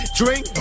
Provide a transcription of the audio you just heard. drink